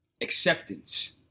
acceptance